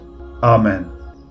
Amen